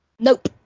Nope